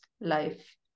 life